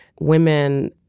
women